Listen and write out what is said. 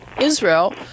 Israel